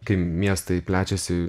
kai miestai plečiasi